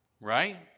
right